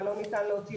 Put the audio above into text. מה לא ניתן להוציא,